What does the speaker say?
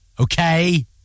Okay